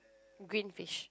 green fish